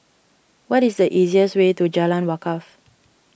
what is the easiest way to Jalan Wakaff